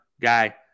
guy